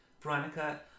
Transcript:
Veronica